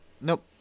Nope